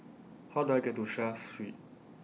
How Do I get to Seah Street